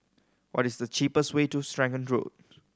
what is the cheapest way to Serangoon Road